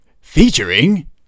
featuring